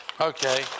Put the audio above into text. Okay